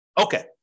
Okay